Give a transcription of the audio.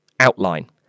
outline